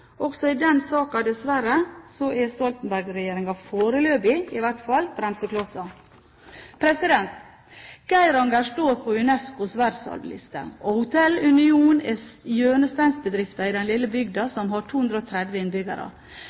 også i den saken er dessverre Stoltenberg-regjeringen, foreløpig i hvert fall, bremsekloss. Geiranger står på UNESCOs verdensarvliste, og Hotel Union er hjørnesteinsbedriften i den lille bygda, som har 230 innbyggere.